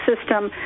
system